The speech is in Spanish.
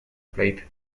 plate